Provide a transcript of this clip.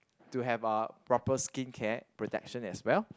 to have uh proper skin care protection as well